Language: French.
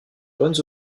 bonnes